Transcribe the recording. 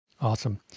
Awesome